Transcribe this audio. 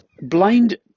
blind